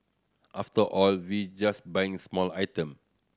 after all we just buying small item